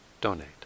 donate